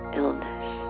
illness